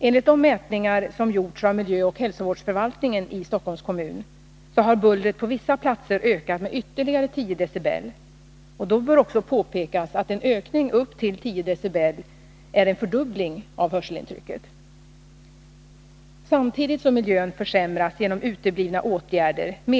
Enligt de mätningar som har gjorts av miljöoch hälsovårdsförvaltningen i Stockholms kommun har bullret på vissa platser ökat med ytterligare 10 dB. Då bör också påpekas att en ökning på 10 dB är en fördubbling av hörselintrycket.